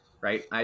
right